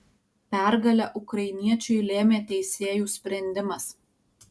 pergalę ukrainiečiui lėmė teisėjų sprendimas